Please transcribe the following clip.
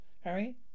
harry